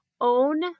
own